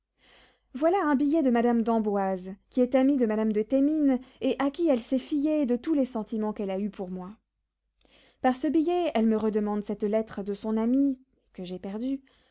voilà un billet de madame d'amboise qui est amie de madame de thémines et à qui elle s'est fiée de tous les sentiments qu'elle a eus pour moi par ce billet elle me redemande cette lettre de son amie que j'ai perdue